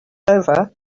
over